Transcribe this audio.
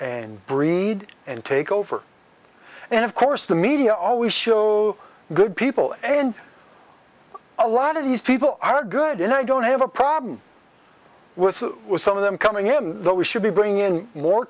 and breed and take over and of course the media always show good people and a lot of these people are good and i don't have a problem with some of them coming in but we should be bringing in more